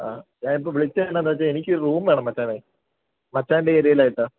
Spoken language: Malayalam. ആഹ് ഞാൻ ഇപ്പോള് വിളിച്ചത് എനതാണെന്നുവെച്ചാൽ എനിക്കൊരു റൂം വേണം മച്ചാനെ മച്ചാൻ്റെ ഏരിയാലായിട്ട്